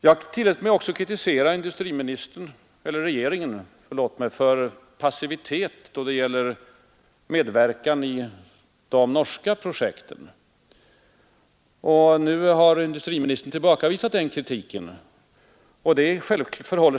Jag tillät mig också kritisera regeringen för passivitet då det gäller medverkan i de norska projekten. Nu har industriministern tillbakavisat den kritiken.